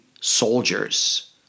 soldiers